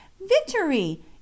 victory